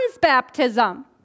baptism